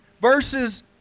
Verses